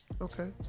Okay